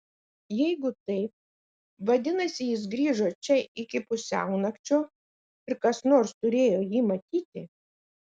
jeigu taip vadinasi jis grįžo čia iki pusiaunakčio ir kas nors turėjo jį matyti